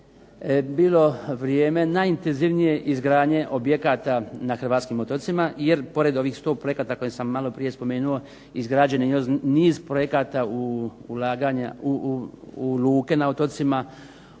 bilo vrijeme najintenzivnije izgradnje objekata na hrvatskim otocima jer pored ovih 100 projekata koje sam maloprije spomenuo izgrađen je niz projekata, ulaganja u luke na otocima,